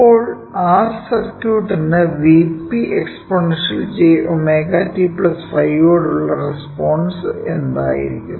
അപ്പോൾ R സർക്യൂട്ടിനു Vp exponential jωtϕ യോടുള്ള റെസ്പോൺസ് എന്തായിരിക്കും